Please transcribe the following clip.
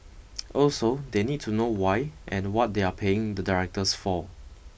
also they need to know why and what they are paying the directors for